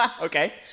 Okay